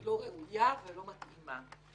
היא לא ראויה ולא מתאימה.